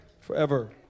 forever